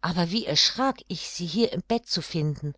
aber wie erschrak ich sie hier im bett zu finden